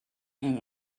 and